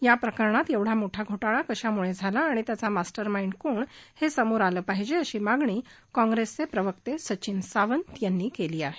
याप्रकरणात एवढा मोठा घोटाळा कशामुळे झाला आणि घोटाळ्याचा मास्टरमाइंड कोण हे आता समोर आले पाहिजे अशी मागणी काँग्रेसचे प्रवक्ते सचिन सावंत यांनी केली आहे